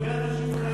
הרבה אנשים חיים מזה.